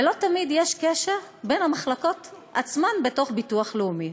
ולא תמיד יש קשר בתוך המחלקות עצמן בביטוח לאומי.